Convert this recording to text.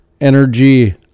Energy